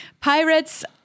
pirates